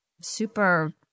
super